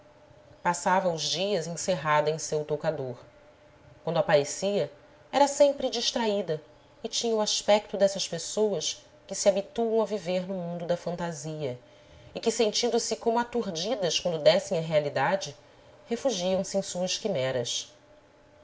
passava os dias encerrada em seu toucador quando aparecia era sempre distraída e tinha o aspecto dessas pessoas que se habituam a viver no mundo da fantasia e que sentindo-se como aturdidas quando descem à realidade refugiam se em suas